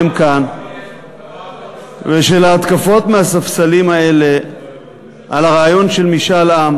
כאן ושל ההתקפות מהספסלים האלה על הרעיון של משאל עם,